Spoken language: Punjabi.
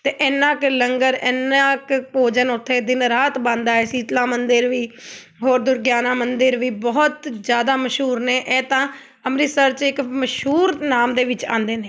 ਅਤੇ ਐਨਾ ਕੁ ਲੰਗਰ ਐਨਾ ਕੁ ਭੋਜਨ ਉੱਥੇ ਦਿਨ ਰਾਤ ਬਣਦਾ ਹੈ ਸ਼ੀਤਲਾ ਮੰਦਰ ਵੀ ਹੋਰ ਦੁਰਗਿਆਨਾ ਮੰਦਰ ਵੀ ਬਹੁਤ ਜ਼ਿਆਦਾ ਮਸ਼ਹੂਰ ਨੇ ਇਹ ਤਾਂ ਅੰਮ੍ਰਿਤਸਰ 'ਚ ਇੱਕ ਮਸ਼ਹੂਰ ਨਾਮ ਦੇ ਵਿੱਚ ਆਉਂਦੇ ਨੇ